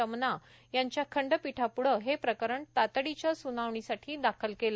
रमना यांच्या खंडपीठापूढं हे प्रकरण तातडीच्या सूनावणीसाठी दाखल केलं